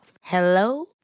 Hello